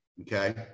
okay